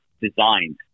designed